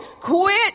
Quit